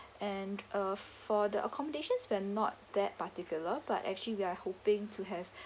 and uh for the accommodations we're not that particular but actually we are hoping to have